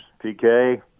PK